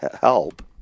help